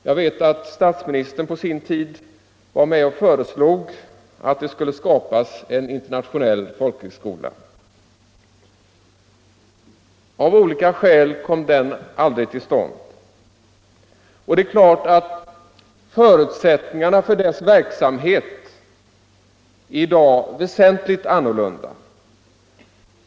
Jag vet att statsministern på sin tid var med och föreslog att en internationell folkhögskola skulle skapas. Av olika skäl kom den aldrig till stånd. Förutsättningarna för dess verksamhet är i dag självklart väsentligt annorlunda.